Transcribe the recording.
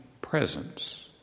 presence